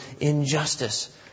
injustice